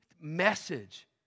message